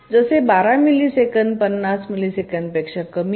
जसे 12 मिलिसेकंद 50 मिलिसेकंदांपेक्षा कमी आहे